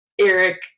Eric